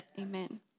Amen